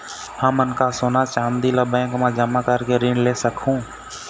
हमन का सोना चांदी ला बैंक मा जमा करके ऋण ले सकहूं?